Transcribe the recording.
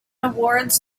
awards